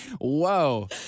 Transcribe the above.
whoa